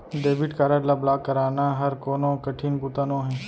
debit card ल block कराना हर कोनो कठिन बूता नोहे